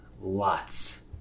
Lots